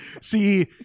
see